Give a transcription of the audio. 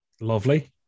Lovely